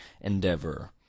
endeavor